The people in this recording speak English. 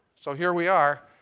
so here we are.